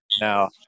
now